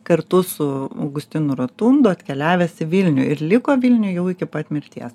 kartu su augustinu rotundu atkeliavęs į vilnių ir liko vilniuj jau iki pat mirties